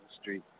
Street